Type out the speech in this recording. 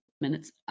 minutes